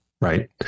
right